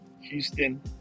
Houston